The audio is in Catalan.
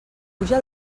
puja